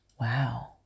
wow